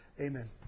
Amen